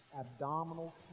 abdominal